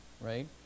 right